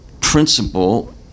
Principle